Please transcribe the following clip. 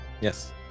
Yes